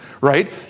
Right